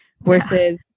Versus